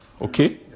okay